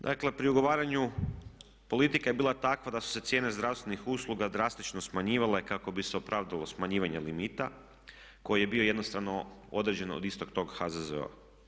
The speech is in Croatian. Dakle, pri ugovaranju politika je bila takva da su se cijene zdravstvenih usluga drastično smanjivale kako bi se opravdalo smanjivanje limita koji je bio jednostavno određen od istog tog HZZO-a.